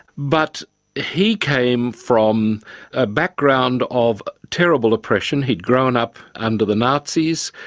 but he came from a background of terrible oppression, he had grown up under the nazis,